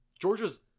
Georgia's